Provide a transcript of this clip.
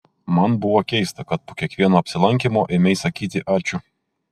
man buvo keista kad po kiekvieno apsilankymo ėmei sakyti ačiū